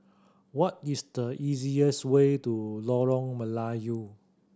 what is the easiest way to Lorong Melayu